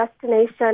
Destination